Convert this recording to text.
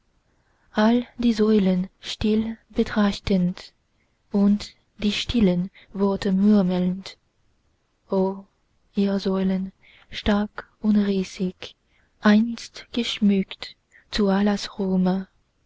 all die säulen still betrachtend und die stillen worte murmelnd o ihr säulen stark und riesig einst geschmückt zu allahs ruhme